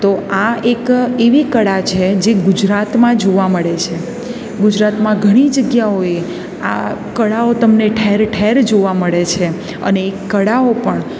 તો આ એક એવી કળા છે જે ગુજરાતમાં જોવા મળે છે ગુજરાતમાં ઘણી જગ્યાઓએ આ કળાઓ તમને ઠેર ઠેર જોવા મળે છે અને એ કળાઓ પણ